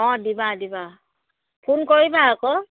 অঁ দিবা দিবা ফোন কৰিবা আকৌ